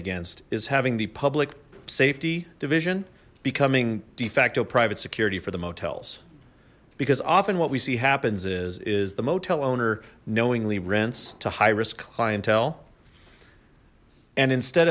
against is having the public safety division becoming de facto private security for the motels because often what we see happens is is the motel owner knowingly rents to high risk clientele and instead